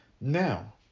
now